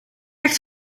echt